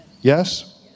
Yes